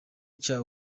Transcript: cya